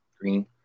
green